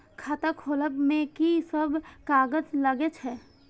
खाता खोलब में की सब कागज लगे छै?